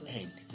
end